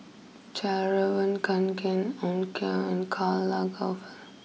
Fjallraven Kanken Onkyo and Karl Lagerfeld